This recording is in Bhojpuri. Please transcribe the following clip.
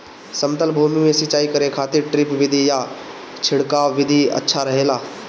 समतल भूमि में सिंचाई करे खातिर ड्रिप विधि या छिड़काव विधि अच्छा रहेला?